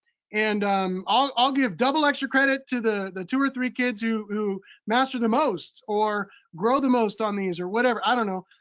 and um i'll give double extra credit to the the two or three kids who master the most, or grow the most on these or whatever, i don't know.